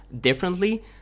differently